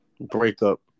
Breakup